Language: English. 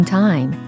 time